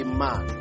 man